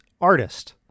artist